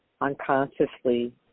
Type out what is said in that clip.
unconsciously